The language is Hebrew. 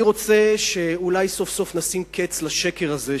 אני רוצה שאולי סוף סוף נשים קץ לשקר הזה,